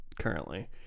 currently